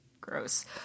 Gross